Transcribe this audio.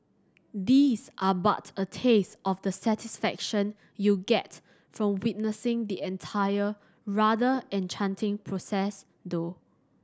these are but a taste of the satisfaction you'll get from witnessing the entire rather enchanting process though